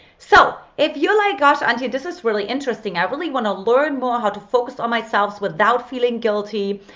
so if you're like gosh antia, this is really interesting i really want to learn more how to focus on my selves without feeling guilty,